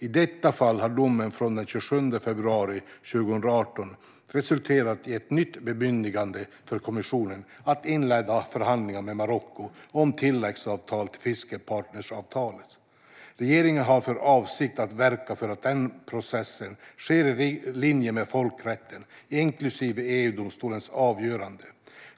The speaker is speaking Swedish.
I detta fall har domen från den 27 februari 2018 resulterat i ett nytt bemyndigande för kommissionen att inleda förhandlingar med Marocko om tilläggsavtal till fiskepartnersavtalet. Regeringen har för avsikt att verka för att den processen sker i linje med folkrätten, inklusive EU-domstolens avgöranden.